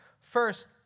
First